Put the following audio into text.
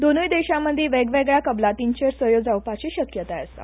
दोनूय देशां मदीं वेगवेगळ्या कबलातींचेर सयो जावपाची शक्यताय आसा